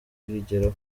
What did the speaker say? kuyigeraho